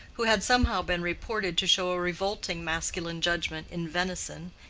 who had somehow been reported to show a revolting masculine judgment in venison,